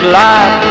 life